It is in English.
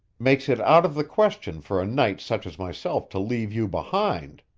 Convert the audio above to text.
makes it out of the question for a knight such as myself to leave you behind.